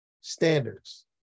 standards